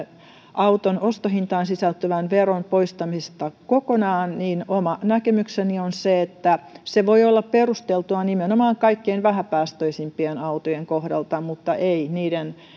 auton ostohintaan sisältyvän veron poistamiseen kokonaan niin oma näkemykseni on se että se voi olla perusteltua nimenomaan kaikkein vähäpäästöisempien autojen kohdalta mutta ei niiden